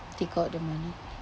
take out the money